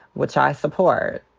which i support,